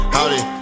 Howdy